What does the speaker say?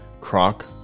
croc